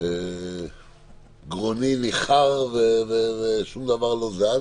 אז גרוני ניחר ושום דבר לא זז.